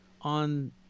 on